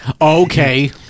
Okay